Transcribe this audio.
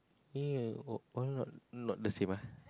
hmm why not not the same ah